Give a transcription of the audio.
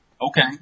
Okay